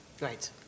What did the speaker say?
Right